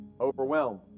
overwhelmed